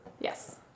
yes